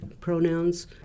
pronouns